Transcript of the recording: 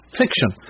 fiction